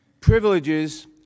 Privileges